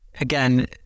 again